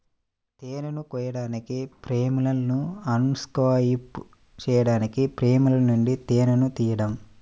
తేనెను కోయడానికి, ఫ్రేమ్లను అన్క్యాప్ చేయడానికి ఫ్రేమ్ల నుండి తేనెను తీయడం